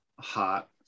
hot